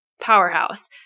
powerhouse